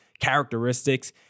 characteristics